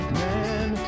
man